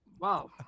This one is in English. Wow